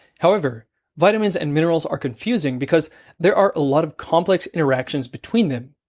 however vitamins and minerals are confusing because there are a lot of complex interactions between them,